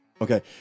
Okay